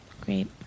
Great